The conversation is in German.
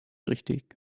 richtig